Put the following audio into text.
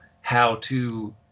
how-to